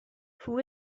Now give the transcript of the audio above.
who